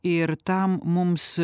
ir tam mums